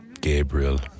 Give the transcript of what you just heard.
Gabriel